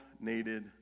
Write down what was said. needed